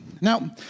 Now